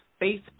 Facebook